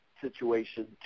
situation